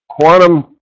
quantum